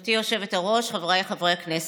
גברתי היושבת-ראש, חבריי חברי הכנסת,